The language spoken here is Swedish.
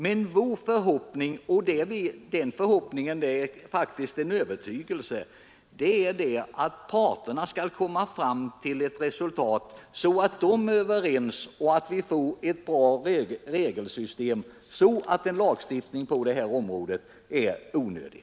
Men vår förhoppning — och den förhoppningen är faktiskt en övertygelse — är att parterna skall komma fram till ett resultat som innebär att vi får ett bra regelsystem som gör en lagstiftning på detta område onödig.